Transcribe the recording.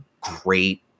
great